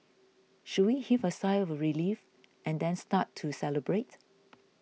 should we heave a sigh of relief and then start to celebrate